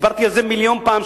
הסברתי את זה מיליון פעם,